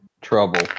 Trouble